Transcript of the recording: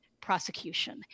prosecution